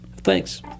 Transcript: Thanks